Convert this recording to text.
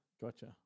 Gotcha